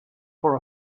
for